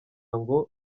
ngo